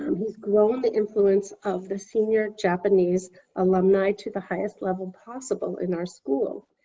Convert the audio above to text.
um he's grown the influence of the senior japanese alumni to the highest level possible in our school.